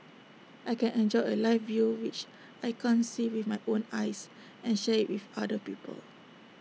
I can enjoy A live view which I can't see with my own eyes and share IT with other people